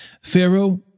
Pharaoh